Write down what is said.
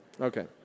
Okay